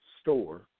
store